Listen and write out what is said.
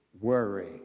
worry